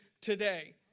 today